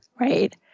right